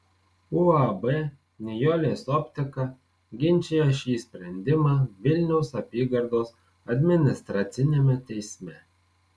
uab nijolės optika ginčija šį sprendimą vilniaus apygardos administraciniame teisme